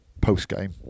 post-game